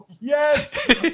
Yes